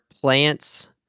plants